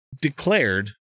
declared